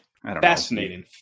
fascinating